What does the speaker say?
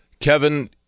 Kevin